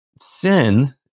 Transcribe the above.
sin